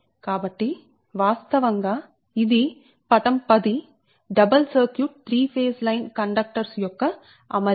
కాబట్టి వాస్తవంగా ఇది పటం 10 double circuit 3 phase line conductors యొక్క అమరిక